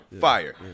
fire